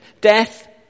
Death